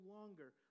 longer